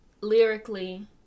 lyrically